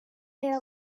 their